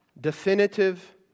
Definitive